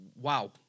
Wow